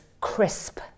crisp